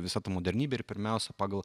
visa ta modernybė ir pirmiausia pagal